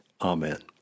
Amen